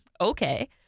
Okay